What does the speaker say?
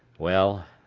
well,